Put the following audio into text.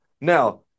now